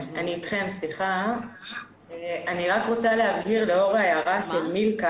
אני רוצה להבהיר לאור ההערה של מילכה,